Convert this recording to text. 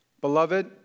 Beloved